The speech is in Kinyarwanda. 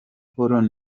paul